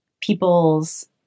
people's